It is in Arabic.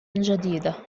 جديدة